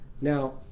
Now